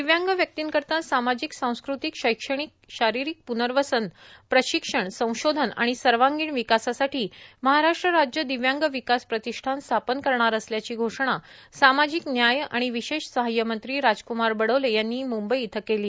दिव्यांग व्यक्तींकरिता सामाजिक सांस्कृतिक शैक्षणिक शारीरिक प्नर्वसन प्रशिक्षण संशोधन आणि सर्वांगिण विकासासाठी महाराष्ट्र राज्य दिव्यांग विकास प्रतिष्ठान स्थापन करणार असल्याची घोषणा सामाजिक न्याय आणि विशेष सहाय मंत्री राजकुमार बडोले यांनी मुंबई इथं केली